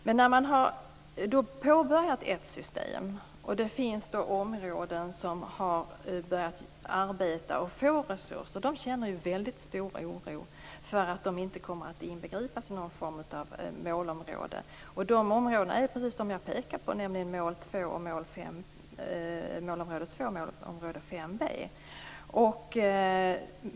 Men när man har påbörjat ett system och det finns områden som har börjat arbeta och få resurser får man förstå att de känner mycket stor oro för att de inte kommer att inbegripas i någon form av målområde. De områdena är precis de som jag pekade på, nämligen målområde 2 och målområde 5b.